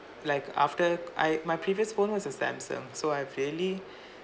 like after I my previous phone was a samsung so I've really